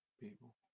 people